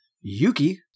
Yuki